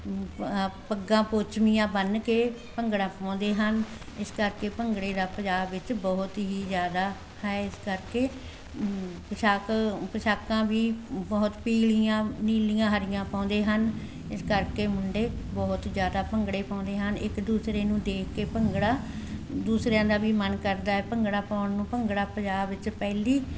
ਪੱਗਾਂ ਪੋਚਵੀਆਂ ਬੰਨ ਕੇ ਭੰਗੜਾ ਪਾਉਂਦੇ ਹਨ ਇਸ ਕਰਕੇ ਭੰਗੜੇ ਦਾ ਪੰਜਾਬ ਵਿੱਚ ਬਹੁਤ ਹੀ ਜ਼ਿਆਦਾ ਹੈ ਇਸ ਕਰਕੇ ਪੁਸ਼ਾਕ ਪੁਸ਼ਾਕਾਂ ਵੀ ਬਹੁਤ ਪੀਲੀਆਂ ਨੀਲੀਆਂ ਹਰੀਆਂ ਪਾਉਂਦੇ ਹਨ ਇਸ ਕਰਕੇ ਮੁੰਡੇ ਬਹੁਤ ਜ਼ਿਆਦਾ ਭੰਗੜੇ ਪਾਉਂਦੇ ਹਨ ਇੱਕ ਦੂਸਰੇ ਨੂੰ ਦੇਖ ਕੇ ਭੰਗੜਾ ਦੂਸਰਿਆਂ ਦਾ ਵੀ ਮਨ ਕਰਦਾ ਭੰਗੜਾ ਪਾਉਣ ਨੂੰ ਭੰਗੜਾ ਪੰਜਾਬ ਵਿੱਚ ਪਹਿਲੀ